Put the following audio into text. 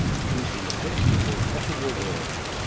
producing the best of all possible worlds.